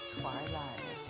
twilight